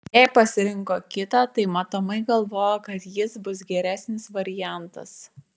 jei pasirinko kitą tai matomai galvojo kad jis bus geresnis variantas